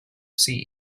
sea